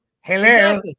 Hello